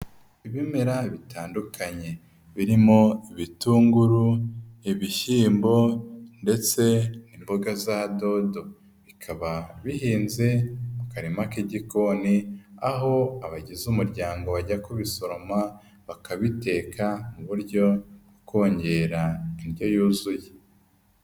Ibimera bitandukanye birimo ibitunguru ibishyimbo, ndetse n'imboga za dodo bikaba bihinze ku karima k'igikoni, aho abagize umuryango bajya kubisoroma bakabiteka ku buryo kongera indyo yuzuye.